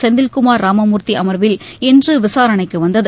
செந்தில்குமாா் ராமமூா்த்தி அமா்வில் இன்று விசாரணைக்கு வந்தது